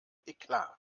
eklat